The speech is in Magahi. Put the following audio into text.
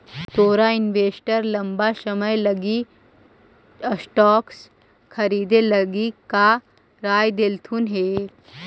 तोर इन्वेस्टर लंबा समय लागी स्टॉक्स खरीदे लागी का राय देलथुन हे?